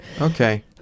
Okay